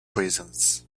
prisons